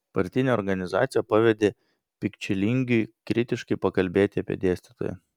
partinė organizacija pavedė pikčilingiui kritiškai pakalbėti apie dėstytoją